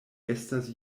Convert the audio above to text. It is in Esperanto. estas